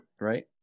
right